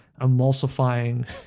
emulsifying